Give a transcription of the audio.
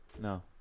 No